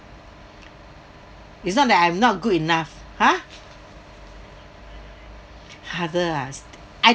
it's not that I'm not good enough !huh! harder ah I